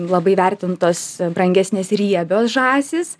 labai vertintos brangesnės riebios žąsys